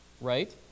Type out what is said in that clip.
Right